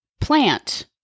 plant